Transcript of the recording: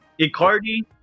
Icardi